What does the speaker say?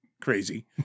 crazy